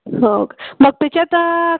हो का मग त्याच्यात